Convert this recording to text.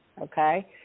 Okay